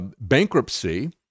bankruptcy